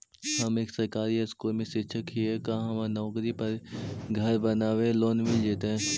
हम एक सरकारी स्कूल में शिक्षक हियै का हमरा नौकरी पर घर बनाबे लोन मिल जितै?